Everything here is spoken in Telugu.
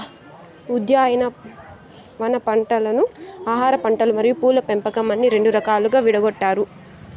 ఉద్యానవన పంటలను ఆహారపంటలు మరియు పూల పంపకం అని రెండు రకాలుగా విడగొట్టారు